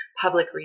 public